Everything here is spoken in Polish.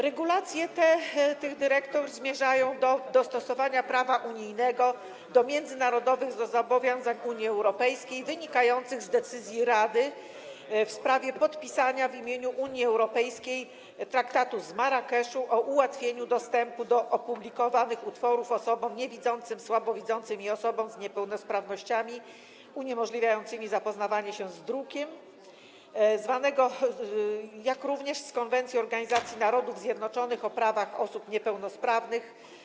Regulacje tych dyrektyw zmierzają do dostosowania prawa unijnego do międzynarodowych zobowiązań Unii Europejskiej wynikających z decyzji Rady w sprawie podpisania w imieniu Unii Europejskiej traktatu z Marrakeszu o ułatwieniu dostępu do opublikowanych utworów osobom niewidzącym, słabowidzącym i osobom z niepełnosprawnościami uniemożliwiającymi zapoznawanie się z drukiem, jak również z konwencji Organizacji Narodów Zjednoczonych o prawach osób niepełnosprawnych.